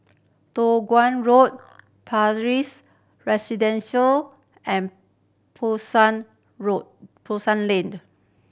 Toh Guan Road and Pasar Road Pasar Lane